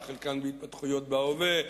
וחלקן בהתפתחויות בהווה,